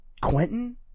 Quentin